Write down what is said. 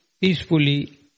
peacefully